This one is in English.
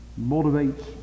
motivates